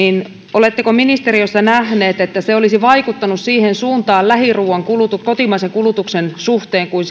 oletteko ministeriössä nähneet että se olisi vaikuttanut siihen suuntaan lähiruuan kotimaisen kulutuksen suhteen kuin